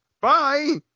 Bye